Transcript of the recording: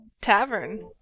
tavern